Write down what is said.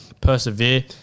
persevere